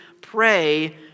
pray